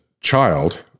child